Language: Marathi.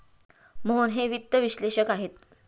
मोहन हे वित्त विश्लेषक आहेत